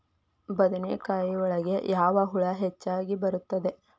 ಬದನೆಕಾಯಿ ಒಳಗೆ ಯಾವ ಹುಳ ಹೆಚ್ಚಾಗಿ ಬರುತ್ತದೆ?